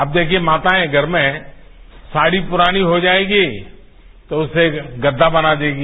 अब देखिए माताएं घर में साझी पुरानी हो जाएगी तो उससे गद्मा बना लेंगी